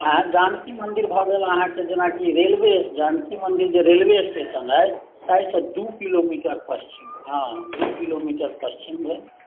ए जानकी मन्दिर भऽ गेल अहाँकेँ जेनाकि रेलवे जानकी मन्दिर जे रेलवे स्टेशन अइ ताहि से दू किलोमीटर पश्चिम हँ दू किलोमीटर पश्चिम भेल